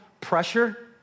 pressure